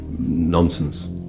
Nonsense